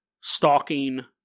stalking